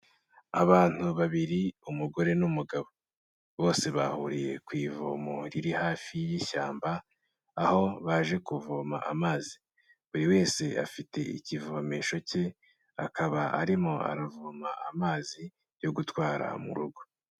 Abantu babiri umugore n'umugabo, bose bahuriye ku ivomo riri hafi y'ishyamba, aho baje kuvoma amazi, buri wese afite ikivomesho ke, akaba arimo aravoma amazi yo gutwara mu rugo.